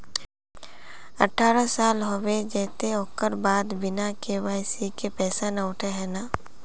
अठारह साल होबे जयते ओकर बाद बिना के.वाई.सी के पैसा न उठे है नय?